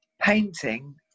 painting